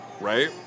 right